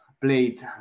played